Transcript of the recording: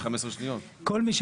כל מי,